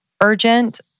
urgent